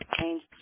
change